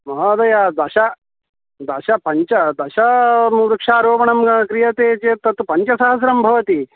महोदय दश दश पञ्च दश वृक्षारोपणं क्रियते चेत् तत् पञ्चसहस्रं भवति